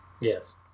yes